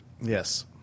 Yes